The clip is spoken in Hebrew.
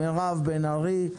מירב בן ארי,